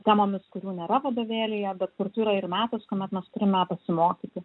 temomis kurių nėra vadovėlyje bet kartu yra ir metas kuomet mes turime pasimokyti